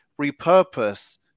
repurpose